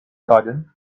garden